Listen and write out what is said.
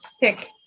pick